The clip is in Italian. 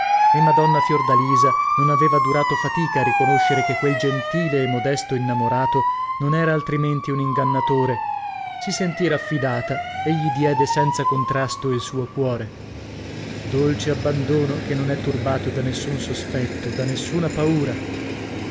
e madonna fiordalisa non aveva durato fatica a riconoscere che quel gentile e modesto innamorato non era altrimenti un ingannatore si sentì raffidata e gli diede senza contrasto il suo cuore dolce abbandono che non è turbato da nessun sospetto da nessuna paura